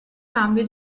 cambio